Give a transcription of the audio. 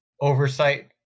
oversight